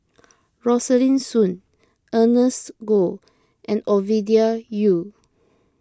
Rosaline Soon Ernest Goh and Ovidia Yu